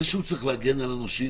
זה פסיכולוגיה ארגונית.